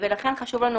ולכן חשוב לנו,